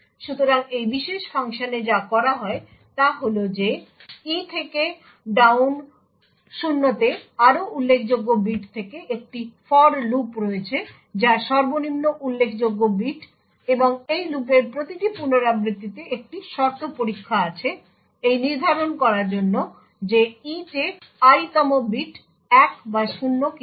সুতরাং এই বিশেষ ফাংশনে যা করা হয় তা হল যে e থেকে ডাউন 0 তে আরও উল্লেখযোগ্য বিট থেকে একটি ফর লুপ রয়েছে যা সর্বনিম্ন উল্লেখযোগ্য বিট এবং এই লুপের প্রতিটি পুনরাবৃত্তিতে একটি শর্ত পরীক্ষা আছে এই নির্ধারণ করার জন্য যে e তে i তম বিট 1 বা 0 কিনা